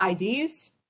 IDs